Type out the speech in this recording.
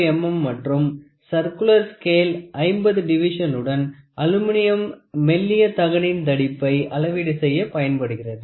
5 mm மற்றும் circular scale 50 டிவிஷனுடன் aluminium மெல்லிய தகடின் தடிப்பை அளவீடு செய்ய பயன்படுகிறது